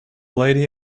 lady